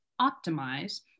optimize